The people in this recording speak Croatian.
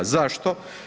Zašto?